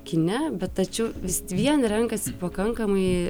kine bet tačiau vis vien renkasi pakankamai